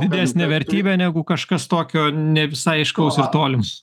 didesnė vertybė negu kažkas tokio nevisai aiškaus ir tolimo